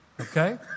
Okay